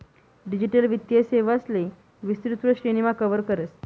digital वित्तीय सेवांले विस्तृत श्रेणीमा कव्हर करस